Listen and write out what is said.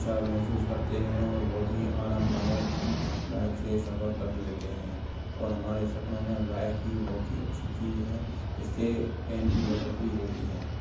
अच्छा महसूस करते हैं और बहुत ही आरामदायक हम बाइक से सफर कर लेते हैं और हमारे सपनों में बाइक ही बहुत ही अच्छी चीज है इससे टेम की बचत भी होती है